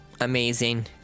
amazing